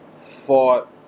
fought